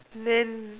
then